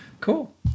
Cool